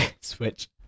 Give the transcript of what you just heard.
Switch